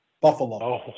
Buffalo